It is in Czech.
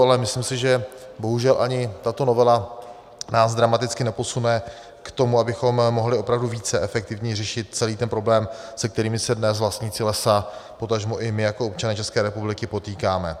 Ale myslím si, že bohužel ani tato novela nás dramaticky neposune k tomu, abychom mohli opravdu více efektivně řešit celý ten problém, se kterým se dnes vlastníci lesa, potažmo i my jako občané České republiky potýkáme.